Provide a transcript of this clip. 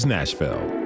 Nashville